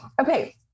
Okay